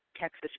Texas